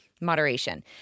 Moderation